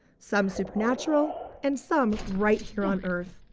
some supernatural and some, right here on earth.